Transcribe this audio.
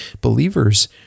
believers